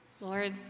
Lord